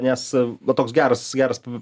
nes va toks geras geras